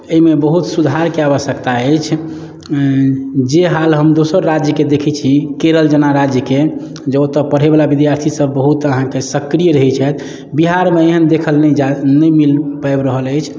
एहिमे बहुत सुधारके आवश्यकता अछि जे हाल हम दोसर राज्यके देखै छी केरल जेना राज्यके जे ओतहु पढ़ैवला विद्यार्थीसब बहुत अहाँके सक्रिय रहै छथि बिहारमे एहन देखल नहि जा नहि मिल पाबि रहल अछि